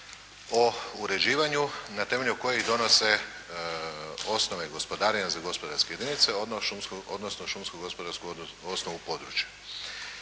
o uređivanju na temelju kojih donose osnove gospodarenja za gospodarske jedinice odnosno šumskog gospodarskog … osnovu područja.